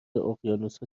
اقیانوسها